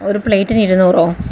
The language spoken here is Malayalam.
ഒരു പ്ലേറ്റിന് ഇരുനൂറോ